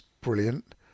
brilliant